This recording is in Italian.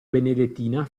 benedettina